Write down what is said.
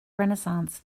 renaissance